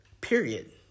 period